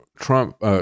Trump